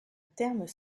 termes